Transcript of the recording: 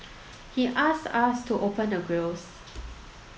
he asked us to open the grilles